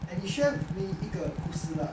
and he shared with me 一个故事 lah